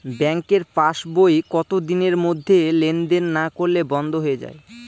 ব্যাঙ্কের পাস বই কত দিনের মধ্যে লেন দেন না করলে বন্ধ হয়ে য়ায়?